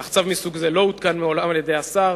אך צו מסוג זה לא הותקן מעולם על-ידי השר.